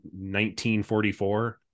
1944